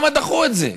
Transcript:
למה דחו את זה?